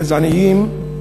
גזעניים,